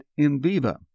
INVIVA